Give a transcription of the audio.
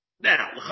Now